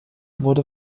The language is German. wurde